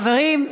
חברים,